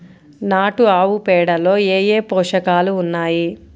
నాటు ఆవుపేడలో ఏ ఏ పోషకాలు ఉన్నాయి?